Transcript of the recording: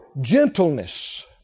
gentleness